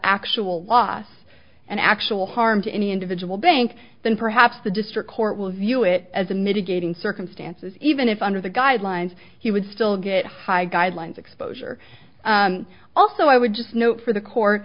actual loss and actual harm to any individual bank then perhaps the district court will view it as a mitigating circumstances even if under the guidelines he would still get high guidelines exposure also i would just note for the court